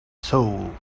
soul